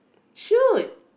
shoot